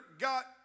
got